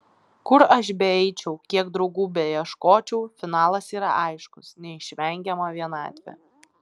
kur aš beeičiau kiek draugų beieškočiau finalas yra aiškus neišvengiama vienatvė